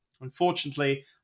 Unfortunately